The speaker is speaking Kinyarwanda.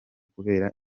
kubera